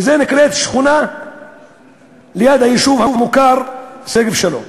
וזו נקראת שכונה ליד היישוב המוכר שגב-שלום.